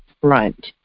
front